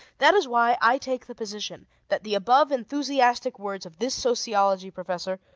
that is why i take the position that the above enthusiastic words of this sociology professor,